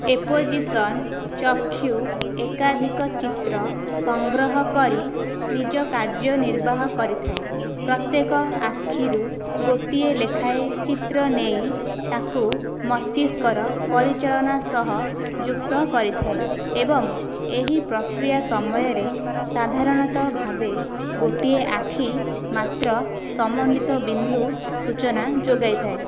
opposition ଚକ୍ଷୁ ଏକାଧିକ ଚିତ୍ର ସଂଗ୍ରହ କରି ନିଜ କାର୍ଯ୍ୟ ନିର୍ବାହ କରିଥାଏ ପ୍ରତ୍ୟେକ ଆଖିରୁ ଗୋଟିଏ ଲେଖାଏ ଚିତ୍ର ନେଇ ତାକୁ ମସ୍ତିଷ୍କର ପରିଚାଳନା ସହ ଯୁକ୍ତ କରିଥାଏ ଏବଂ ଏହି ପ୍ରକ୍ରିୟା ସମୟରେ ସାଧାରଣତଃ ଭାବେ ଗୋଟିଏ ଆଖି ମାତ୍ର ସମନ୍ୱିତ ବିନ୍ଦୁ ସୂଚନା ଯୋଗାଇଥାଏ